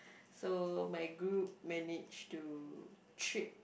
so my group managed to trick